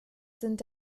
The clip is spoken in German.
sind